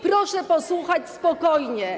Proszę posłuchać spokojnie.